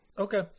Okay